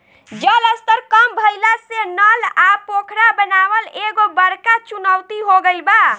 जल स्तर कम भइला से नल आ पोखरा बनावल एगो बड़का चुनौती हो गइल बा